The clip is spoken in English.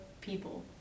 people